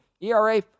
ERA